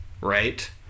Right